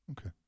Okay